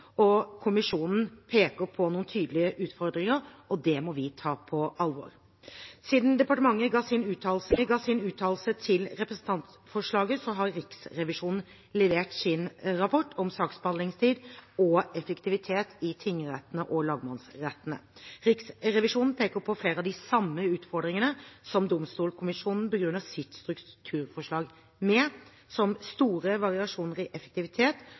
Kommisjonen peker på noen tydelige utfordringer, og det må vi ta på alvor. Siden departementet ga sin uttalelse til representantforslaget, har Riksrevisjonen levert sin rapport om saksbehandlingstid og effektivitet i tingrettene og lagmannsrettene. Riksrevisjonen peker på flere av de samme utfordringene som Domstolkommisjonen begrunner sitt strukturforslag med, som store variasjoner i effektivitet